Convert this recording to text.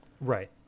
Right